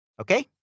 Okay